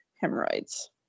hemorrhoids